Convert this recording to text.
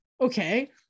Okay